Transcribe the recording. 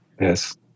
Yes